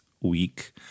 week